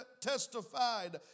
testified